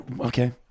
okay